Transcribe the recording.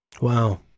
Wow